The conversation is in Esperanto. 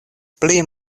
pli